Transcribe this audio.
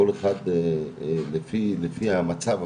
כל אחד לפי המצב,